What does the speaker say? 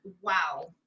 wow